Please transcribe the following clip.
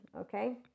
okay